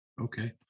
Okay